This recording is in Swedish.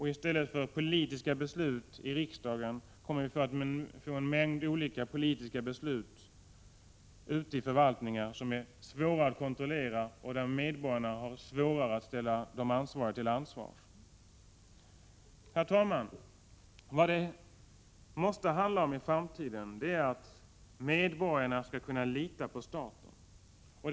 I stället för politiska beslut i riksdagen kommer vi att få en mängd olika politiska — Prot. 1986/87:122 beslut ute i förvaltningarna, som är svårare att kontrollera och där 13 maj 1987 medborgarna har svårare att ställa de ansvariga till ansvar. Herr talman! Det måste i framtiden handla om att medborgarna skall 75557 z kunnalita på staten.